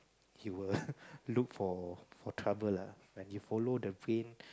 you will look for for trouble lah when you follow the brain